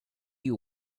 you